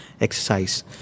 exercise